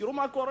תראו מה קורה.